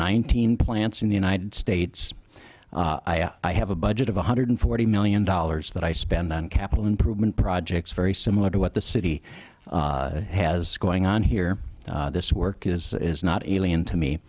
nineteen plants in the united states i have a budget of one hundred forty million dollars that i spend on capital improvement projects very similar to what the city has going on here this work is is not alien to me